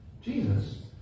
Jesus